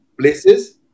places